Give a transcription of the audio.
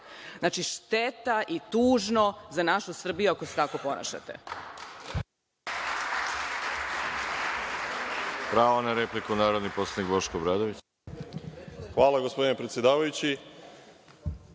Znači, šteta i tužno za našu Srbiju ako se tako ponašate.